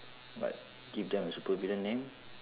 but give them a supervillain name